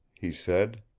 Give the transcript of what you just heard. he said.